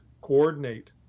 coordinate